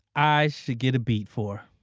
i should get a beat for.